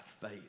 faith